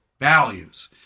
values